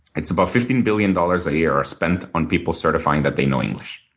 it's about fifteen billion dollars a year are spent on people certifying that they know english.